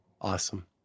Awesome